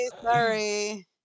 Sorry